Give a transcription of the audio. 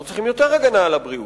אנחנו צריכים יותר הגנה על הבריאות,